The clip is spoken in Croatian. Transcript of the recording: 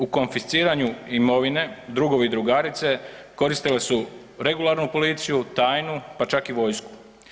U konfisciranju imovine, drugovi i drugarice, koristile su regularnu policiju, tajnu, pa čak i vojsku.